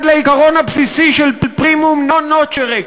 לעיקרון הבסיסי של Primum non nocere,